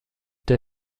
der